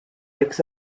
eggs